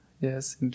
Yes